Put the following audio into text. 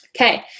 Okay